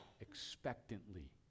expectantly